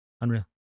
Unreal